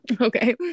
okay